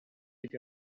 with